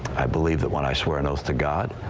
i believe that when i swear an oath to god,